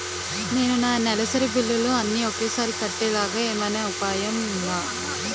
నేను నా నెలసరి బిల్లులు అన్ని ఒకేసారి కట్టేలాగా ఏమైనా ఉపాయం ఉందా?